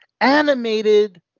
animated